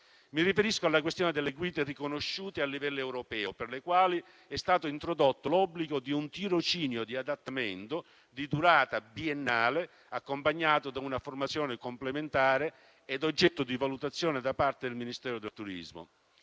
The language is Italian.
Mi riferisco alla questione delle guide riconosciute a livello europeo, per le quali è stato introdotto l'obbligo di un tirocinio di adattamento di durata biennale, accompagnato da una formazione complementare e oggetto di valutazione da parte del Ministero del turismo.